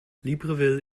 libreville